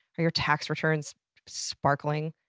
are your tax returns sparkling?